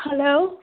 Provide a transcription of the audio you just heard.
hello